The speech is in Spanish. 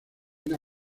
una